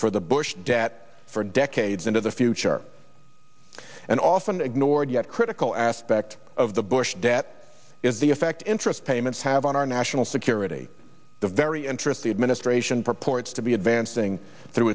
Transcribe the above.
for the bush debt for decades into the future and often ignored yet critical aspect of the bush debt is the effect interest payments have on our national security the very interesting administration purports to be advancing through